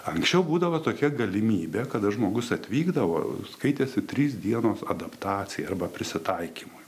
anksčiau būdavo tokia galimybė kada žmogus atvykdavo skaitėsi trys dienos adaptacijai arba prisitaikymui